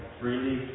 freely